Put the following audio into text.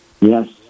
Yes